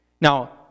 Now